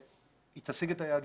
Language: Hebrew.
והיא תשיג את היעדים.